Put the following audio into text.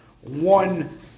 one